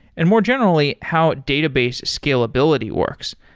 and more generally how database scalability works.